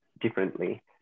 differently